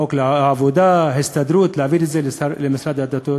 חוק העבודה, ההסתדרות, להעביר את זה למשרד הדתות?